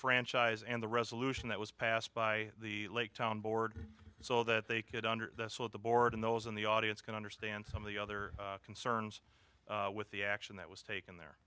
franchise and the resolution that was passed by the lake town board so that they could under the board and those in the audience can understand some of the other concerns with the action that was taken there